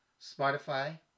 Spotify